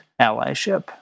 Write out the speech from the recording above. allyship